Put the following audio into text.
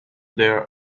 their